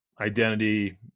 identity